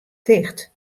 ticht